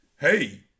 hey